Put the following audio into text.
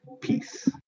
peace